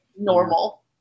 normal